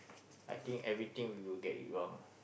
I think everything we will get it wrong